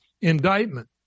indictment